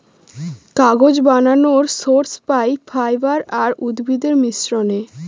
কাগজ বানানর সোর্স পাই ফাইবার আর উদ্ভিদের মিশ্রনে